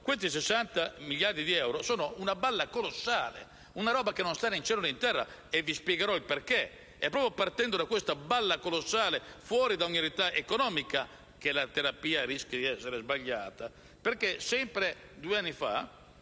questi 60 miliardi di euro sono una balla colossale, che non sta né in cielo né in terra e vi spiegherò il perché è proprio partendo da questa balla colossale, fuori da ogni realtà economica, che la terapia rischia di essere sbagliata. Sempre due anni fa